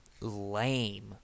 lame